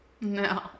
No